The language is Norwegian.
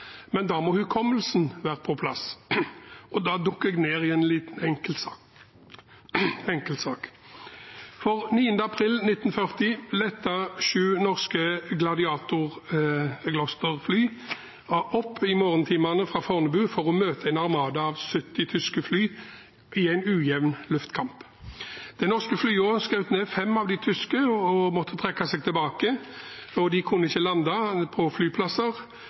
Men da må hukommelsen være på plass, og da dukker jeg ned i en enkeltsak. 9. april 1940 lettet sju norske Gloster Gladiator-fly i morgentimene fra Fornebu for å møte en armada av 70 tyske fly, i en ujevn luftkamp. De norske flyene skjøt ned fem av de tyske og måtte trekke seg tilbake. De kunne ikke lande på flyplasser,